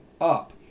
up